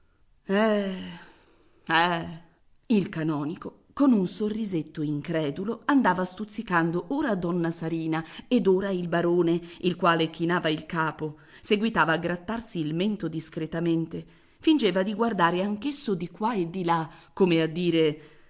eh il canonico con un sorrisetto incredulo andava stuzzicando ora donna sarina ed ora il barone il quale chinava il capo seguitava a grattarsi il mento discretamente fingeva di guardare anch'esso di qua e di là come a dire